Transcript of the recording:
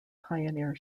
pioneer